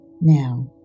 Now